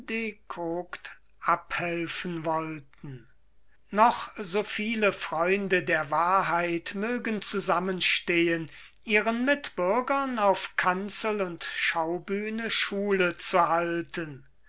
dekokt abhelfen wollten noch so viele freunde der wahrheit mögen zusammenstehen ihren mitbürgern auf kanzel und schaubühne schule zu halten